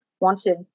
wanted